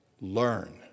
learn